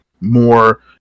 more